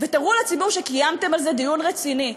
ותראו לציבור שקיימתם על זה דיון רציני.